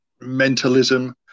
mentalism